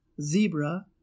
Zebra